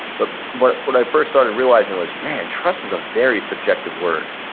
but but what i first started realizing was, man, trust is a very subjective word.